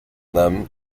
them